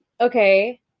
okay